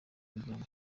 kugirango